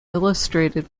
illustrated